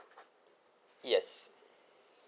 yes